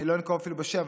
אני לא אנקוב אפילו בשמות,